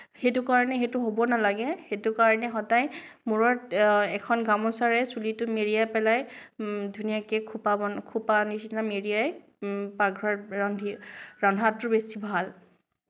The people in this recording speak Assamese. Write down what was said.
সেইটো কাৰণে সেইটো হ'ব নালাগে সেইটো কাৰণে সদায় মূৰত এখন গামোছাৰে চুলিটো মেৰিয়াই পেলাই ধুনীয়াকে খোপা বন খোপা নিচিনা মেৰিয়াই পাকঘৰত ৰান্ধি ৰন্ধাটো বেছি ভাল